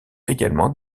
également